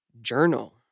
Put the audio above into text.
journal